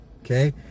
Okay